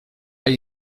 hay